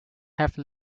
have